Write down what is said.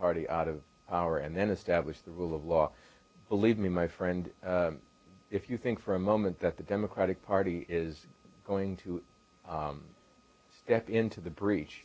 party out of power and then establish the rule of law believe me my friend if you think for a moment that the democratic party is going to step into the breach